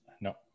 No